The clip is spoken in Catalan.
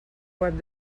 web